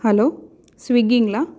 hello ஸ்விக்கீங்களா